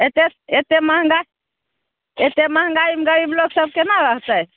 एत्ते एत्ते महँगा एत्ते महँगाइमे गरीब लोग सब केना रहतै